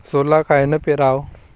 सोला कायनं पेराव?